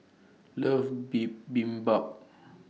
loves Bibimbap